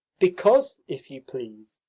because, if you please,